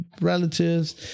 relatives